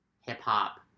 hip-hop